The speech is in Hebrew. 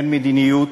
אין מדיניות